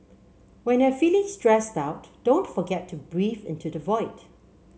when you are feeling stressed out don't forget to breathe into the void